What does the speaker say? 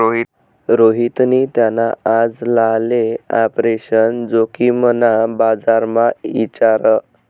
रोहितनी त्याना आजलाले आपरेशन जोखिमना बारामा इचारं